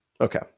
okay